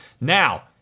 now